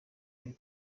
yari